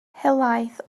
helaeth